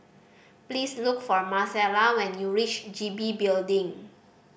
please look for Marcella when you reach G B Building